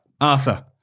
Arthur